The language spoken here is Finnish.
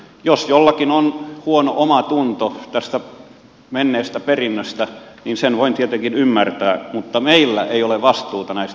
jos jollakin on huono omatunto tästä menneestä perinnöstä niin sen voin tietenkin ymmärtää mutta meillä ei ole vastuuta näistä muutoksista